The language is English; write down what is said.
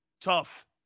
Tough